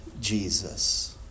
Jesus